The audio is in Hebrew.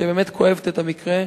שבאמת כואבת את המקרה.